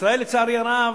ישראל, לצערי הרב,